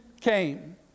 came